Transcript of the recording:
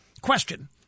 Question